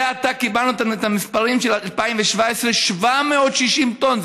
זה עתה קיבלנו את המספרים של 2017, 760 טון.